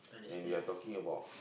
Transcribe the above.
and we are talking about